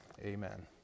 amen